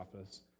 office